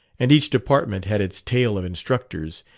and each department had its tale of instructors.